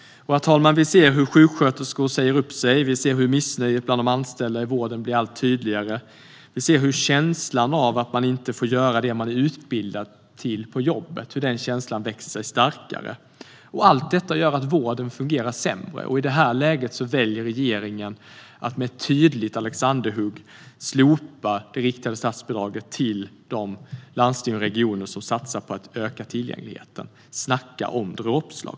Herr talman! Vi ser hur sjuksköterskor säger upp sig, hur missnöjet bland de anställda i vården blir allt tydligare och hur känslan av att man inte får göra det man är utbildad till på jobbet växer sig starkare. Allt detta gör att vården fungerar sämre. I det läget väljer regeringen att med ett tydligt alexanderhugg slopa det riktade statsbidraget till de landsting och regioner som satsar på att öka tillgängligheten. Snacka om dråpslag!